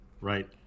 Right